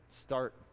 Start